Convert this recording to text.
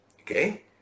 Okay